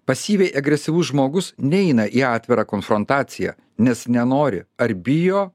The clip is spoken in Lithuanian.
pasyviai agresyvus žmogus neina į atvirą konfrontaciją nes nenori ar bijo